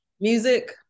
Music